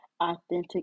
authentic